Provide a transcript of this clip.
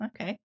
okay